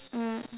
mm